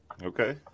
Okay